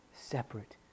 separate